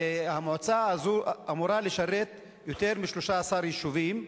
המועצה הזאת אמורה לשרת יותר מ-13 יישובים,